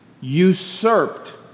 usurped